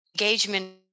engagement